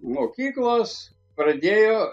mokyklos pradėjo